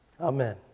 Amen